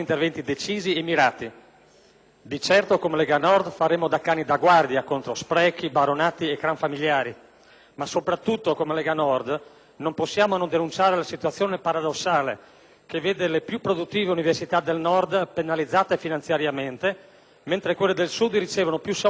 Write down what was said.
Di certo, come Lega Nord, faremo da cani da guardia contro sprechi, baronati e clan familiari. Ma soprattutto, come Lega Nord, non possiamo non denunciare la situazione paradossale che vede le più produttive università del Nord penalizzate finanziariamente, mentre quelle del Sud ricevono più soldi di quelli che le spetterebbero.